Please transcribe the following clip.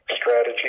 strategy